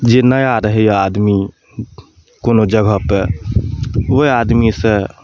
जे नया रहैया आदमी कोनो जगहपर ओहि आदमीसॅं